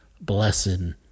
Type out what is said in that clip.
blessing